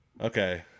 Okay